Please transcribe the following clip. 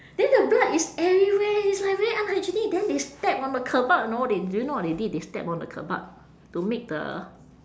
then the blood is everywhere it's like very unhygienic then they step on the kebab you know they do you know what they did they step on the kebab to make the